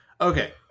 Okay